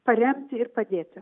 paremti ir padėti